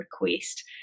request